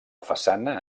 façana